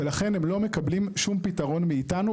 ולכן הם לא מקבלים שום פתרון מאיתנו,